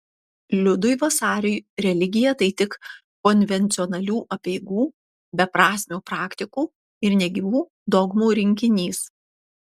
liudui vasariui religija tai tik konvencionalių apeigų beprasmių praktikų ir negyvų dogmų rinkinys